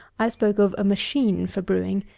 i spoke of a machine for brewing,